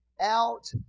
out